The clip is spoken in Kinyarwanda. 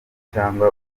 cyangwa